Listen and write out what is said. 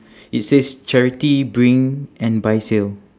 it says charity bring and buy sale